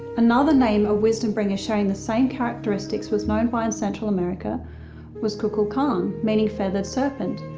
another name a wisdom bringer showing the same characteristics was known by in central america was kukulcan, meaning feathered serpent.